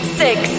six